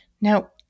Now